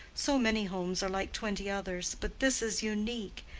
so many homes are like twenty others. but this is unique,